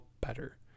better